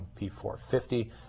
P450